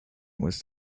was